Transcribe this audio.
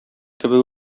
кебек